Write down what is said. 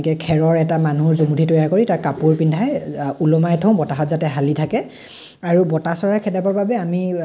সেনেকে খেৰৰ এটা মানুহৰ জুমুঠি তৈয়াৰ কৰি তাত কাপোৰ পিন্ধাই ওলমাই থওঁ বতাহত যাতে হালি থাকে আৰু বতা চৰাই খেদাবৰ বাবে আমি